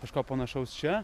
kažko panašaus čia